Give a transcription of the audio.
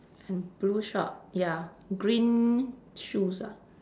and blue short ya green shoes ah